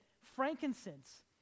frankincense